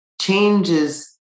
changes